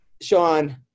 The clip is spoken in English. Sean